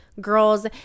Girls